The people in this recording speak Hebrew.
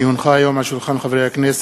כי הונחו היום על שולחן הכנסת,